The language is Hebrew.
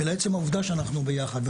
עצם העובדה שהתכנסו ביחד,